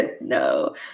no